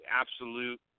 absolute